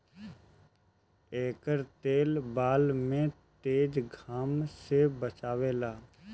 एकर तेल बाल के तेज घाम से बचावेला